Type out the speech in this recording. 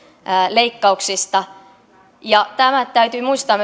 leikkauksista ja tämä täytyy muistaa